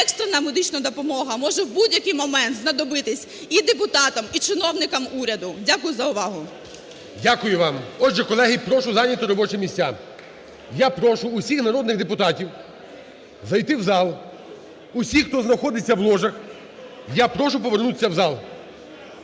Дякую за увагу.